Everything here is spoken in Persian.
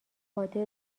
قادر